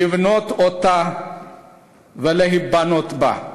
לבנות אותה ולהיבנות בה.